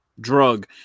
drug